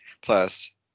plus